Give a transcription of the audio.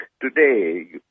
Today